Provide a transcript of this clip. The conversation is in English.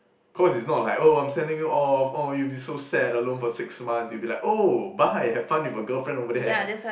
cause it's not like oh I'm sending her off or it would be so sad alone for six months it would be like oh bye have fun with your girlfriend over there